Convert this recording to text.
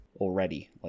already